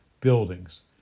buildings